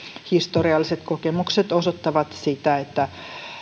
historialliset kokemukset osoittavat että